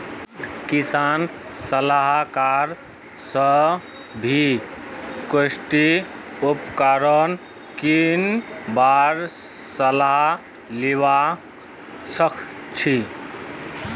किसान सलाहकार स भी कृषि उपकरण किनवार सलाह लिबा सखछी